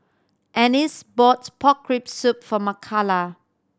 Ennis bought pork rib soup for Makala